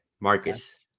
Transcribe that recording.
Marcus